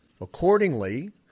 Accordingly